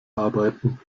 arbeiten